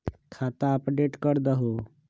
खाता अपडेट करदहु?